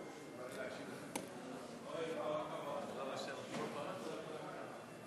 תביאו הצעות חוק טובות, נעביר אותן, למה לא?